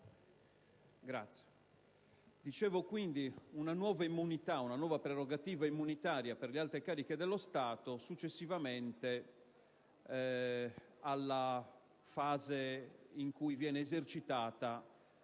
immunità, una nuova prerogativa immunitaria per le alte cariche dello Stato successivamente alla fase in cui viene esercitata